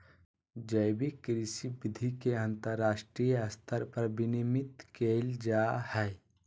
जैविक कृषि विधि के अंतरराष्ट्रीय स्तर पर विनियमित कैल जा हइ